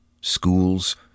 schools